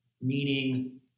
Meaning